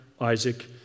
Isaac